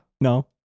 No